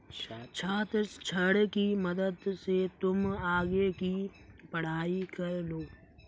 छात्र ऋण की मदद से तुम आगे की पढ़ाई कर लो